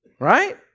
right